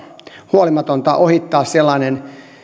huolimatonta ohittaa